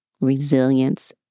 resilience